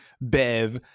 Bev